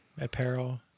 apparel